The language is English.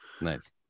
Nice